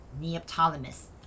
Neoptolemus